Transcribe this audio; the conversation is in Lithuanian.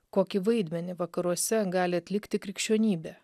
kokį vaidmenį vakaruose gali atlikti krikščionybė